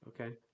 okay